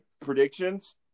Predictions